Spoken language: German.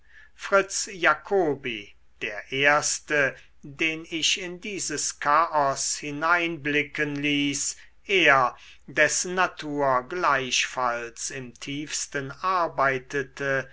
fritz jacobi der erste den ich in dieses chaos hineinblicken ließ er dessen natur gleichfalls im tiefsten arbeitete